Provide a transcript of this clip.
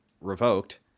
revoked